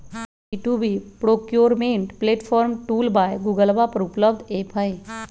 B two B procurement platform tool by गूगलवा पर उपलब्ध ऐप हई